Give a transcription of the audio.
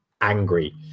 Angry